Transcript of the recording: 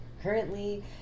Currently